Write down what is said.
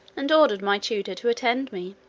and ordered my tutor to attend me.